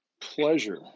pleasure